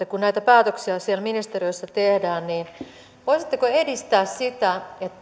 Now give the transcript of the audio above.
kun näitä päätöksiä siellä ministeriössä tehdään niin voisitteko edistää sitä että